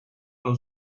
allo